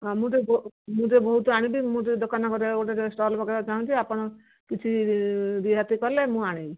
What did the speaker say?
ହଁ ମୁଁ ଟିକେ ମୁଁ ଟିକେ ବହୁତ ଆଣିବି ମୁଁ ଟିକେ ଦୋକାନ କରିବାରେ ଗୋଟେ ଷ୍ଟଲ୍ ପକେଇବାକୁ ଚାହୁଁଛି ଆପଣ କିଛି ରିହାତି କଲେ ମୁଁ ଆଣିବି